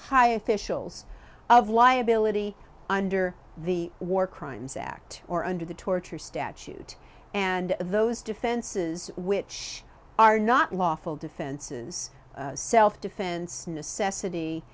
high officials of liability under the war crimes act or under the torture statute and those defenses which are not lawful defenses self defense necessity